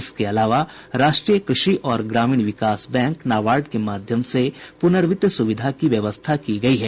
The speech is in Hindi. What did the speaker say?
इसके अलावा राष्ट्रीय कृषि और ग्रामीण विकास बैंक नाबार्ड के माध्यम से पुनर्वित्त सुविधा की व्यवस्था की गई है